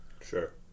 Sure